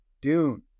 Dune